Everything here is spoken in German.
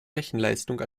rechenleistung